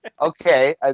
okay